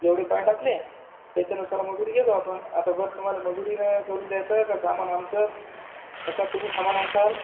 जेवढे पॉइंट असले त्याच्यानुसार मजुरी घेतो आपण आता वर तुम्हाला मजुरी नाही करून द्यायचं का सामान आमचंच का तुम्हीच सामान आणशाल